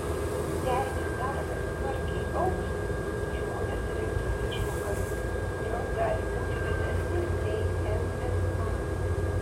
jei nedarbas smarkiai augs žmonės rinksis išmokas kurios gali būti didesnės nei mma